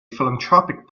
philanthropic